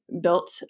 built